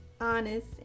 honest